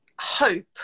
hope